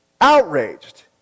Outraged